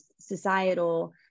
societal